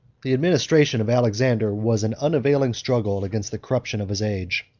the administration of alexander was an unavailing struggle against the corruption of his age.